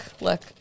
look